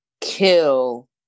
kill